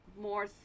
more